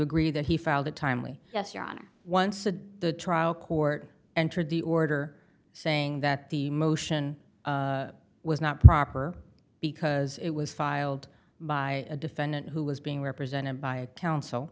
agree that he filed a timely yes your honor once the trial court entered the order saying that the motion was not proper because it was filed by a defendant who was being represented by coun